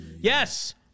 Yes